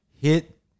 Hit